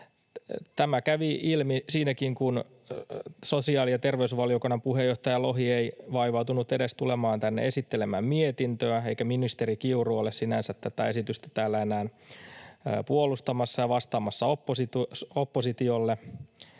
Tämä kävi ilmi siinäkin, kun sosiaali‑ ja terveysvaliokunnan puheenjohtaja Lohi ei vaivautunut edes tulemaan tänne esittelemään mietintöä eikä ministeri Kiuru ole tätä esitystä täällä enää sinänsä puolustamassa ja vastaamassa oppositiolle